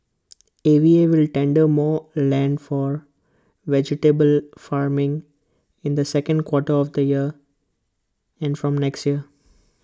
A V A will tender more land for vegetable farming in the second quarter of this year and from next year